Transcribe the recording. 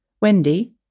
Wendy